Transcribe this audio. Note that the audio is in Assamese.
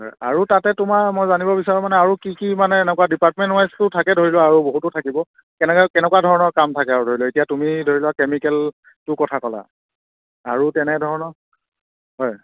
হয় আৰু তাতে তোমাৰ মই জানিব বিচাৰোঁ মানে আৰু কি কি মানে এনেকুৱা ডিপাৰ্টমেণ্ট ৱাইছটো থাকে ধৰি লোৱা আৰু বহুতো থাকিব কেনেকৈ কেনেকুৱা ধৰণৰ কাম থাকে আৰু ধৰি লওক এতিয়া তুমি ধৰি লোৱা কেমিকেলটোৰ কথা ক'লা আৰু তেনেধৰণৰ হয়